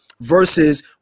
versus